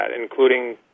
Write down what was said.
including